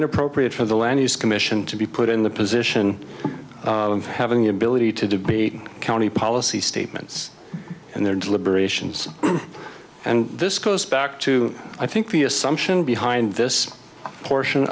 inappropriate for the land use commission to be put in the position of having the ability to be county policy statements and their deliberations and this goes back to i think the assumption behind this portion